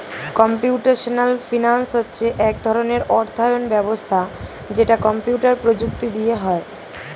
computational finance হচ্ছে এক ধরণের অর্থায়ন ব্যবস্থা যেটা কম্পিউটার প্রযুক্তি দিয়ে হয়